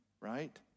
right